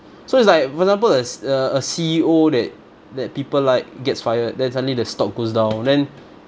so it's like for example a C~ a a C_E_O that that people like gets fired then suddenly the stock goes down then